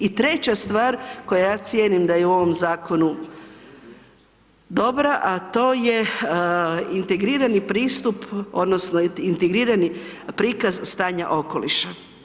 I treća stvar, koja ja cijenim da je u ovom zakonu dobra, a to je integrirani pristup odnosno integrirani prikaz stanja okoliša.